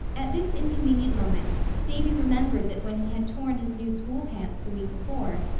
at this inconvenient moment davy remembered that when he had torn his new school pants the week before,